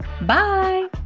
Bye